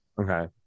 okay